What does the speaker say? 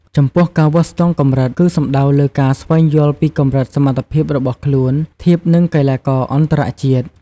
ចំពោះ ការវាស់ស្ទង់កម្រិត គឺសំដៅលើការស្វែងយល់ពីកម្រិតសមត្ថភាពរបស់ខ្លួនធៀបនឹងកីឡាករអន្តរជាតិ។